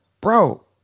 bro